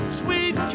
sweet